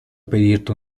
pedirte